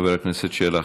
חבר הכנסת שלח,